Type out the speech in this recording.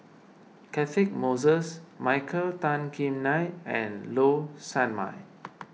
Catchick Moses Michael Tan Kim Nei and Low Sanmay